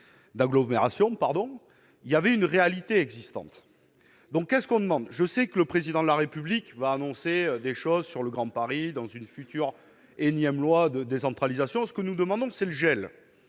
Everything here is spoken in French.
d'agglomération, pardon, il y avait une réalité existante, donc à ce qu'on demande, je sais que le président de la République va annoncer des choses sur le Grand Paris dans une future énième loi de décentralisation, ce que nous demandons, c'est le gel,